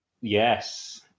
yes